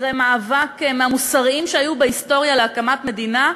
אחרי מאבק מהמוסריים שהיו בהיסטוריה להקמת מדינה,